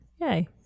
Yay